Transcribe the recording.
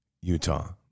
Utah